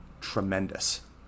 tremendous